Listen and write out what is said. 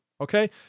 okay